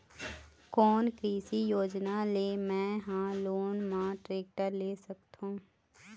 कोन कृषि योजना ले मैं हा लोन मा टेक्टर ले सकथों?